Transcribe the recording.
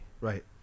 Right